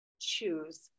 choose